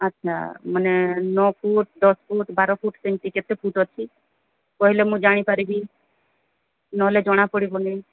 ଆଚ୍ଛା ମାନେ ନଅ ଫୁଟ୍ ଦଶ ଫୁଟ୍ ବାର ଫୁଟ୍ ସେମତି କେତେ ଫୁଟ୍ ଅଛି କହିଲେ ମୁଁ ଜାଣିପାରିବି ନହେଲେ ଜଣା ପଡ଼ିବନି